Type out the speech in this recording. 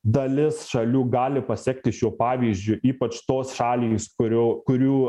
dalis šalių gali pasekti šiuo pavyzdžiu ypač tos šalys kurių kurių